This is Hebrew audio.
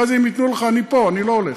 אחרי זה, אם ייתנו לך, אני פה, אני לא הולך.